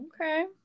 okay